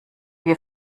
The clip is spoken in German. wir